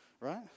right